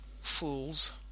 fools